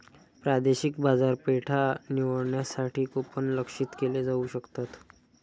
प्रादेशिक बाजारपेठा निवडण्यासाठी कूपन लक्ष्यित केले जाऊ शकतात